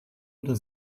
oder